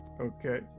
Okay